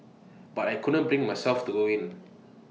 but I couldn't bring myself to go in